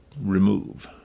remove